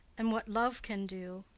and what love can do,